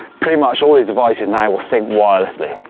pretty much all these devices now will sync wirelessly.